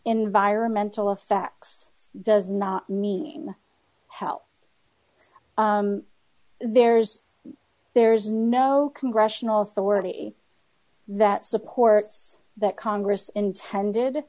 environmental effects does not mean help there's there's no congressional authority that supports that congress intended